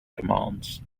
commands